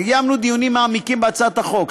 קיימנו דיונים מעמיקים בהצעת החוק,